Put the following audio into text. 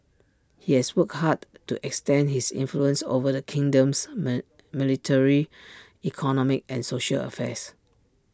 he has worked hard to extend his influence over the kingdom's military economic and social affairs